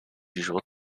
usual